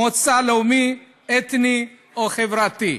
מוצא לאומי, אתני או חברתי.